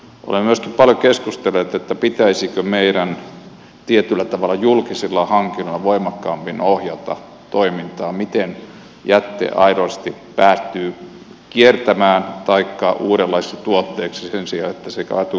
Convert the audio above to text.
olemme myöskin paljon keskustelleet pitäisikö meidän tietyllä tavalla julkisilla hankinnoilla voimakkaammin ohjata toimintaa miten jätteet aidosti päätyvät kiertämään taikka uudenlaisiksi tuotteiksi sen sijaan että ne päätyvät kaatopaikalle